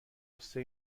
غصه